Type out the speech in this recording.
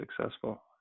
successful